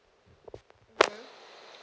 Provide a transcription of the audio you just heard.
mmhmm